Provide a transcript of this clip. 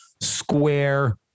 square